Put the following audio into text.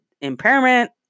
impairment